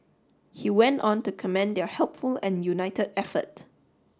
he went on to commend their helpful and unit effort